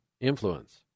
influence